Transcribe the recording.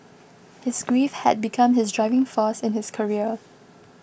his grief had become his driving force in his career